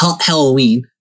Halloween